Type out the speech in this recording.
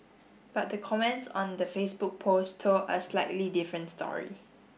but the comments on the Facebook post told a slightly different story